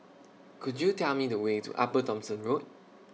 Could YOU Tell Me The Way to Upper Thomson Road